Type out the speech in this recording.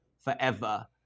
forever